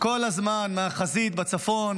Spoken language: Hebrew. כל הזמן מהחזית בצפון